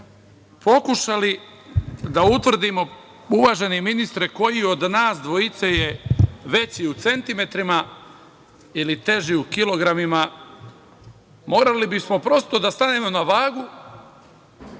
ako bi pokušali da utvrdimo, uvaženi ministre, koji je od nas dvojice veći u centimetrima ili teži u kilogramima, morali bismo prosto da stanemo na vagu